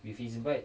with it's bright